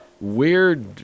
weird